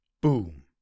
Boom